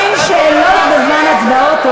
אין שאלות בזמן הצבעות.